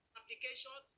application